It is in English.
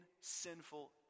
sinful